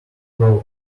broken